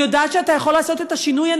אני יודעת שאתה יכול לעשות את השינוי.